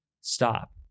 stop